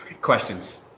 questions